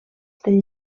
del